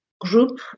group